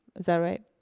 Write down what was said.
that right?